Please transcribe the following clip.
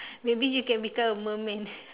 maybe you can become a merman